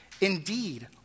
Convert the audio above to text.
Indeed